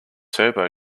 turbo